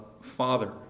Father